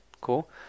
cool